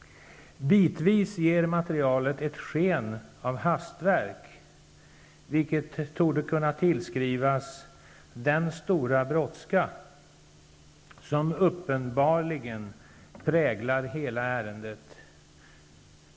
Bitvis ger materialet sken av ett hastverk, vilket torde kunna tillskrivas den stora brådska som uppenbarligen präglar hela ärendet.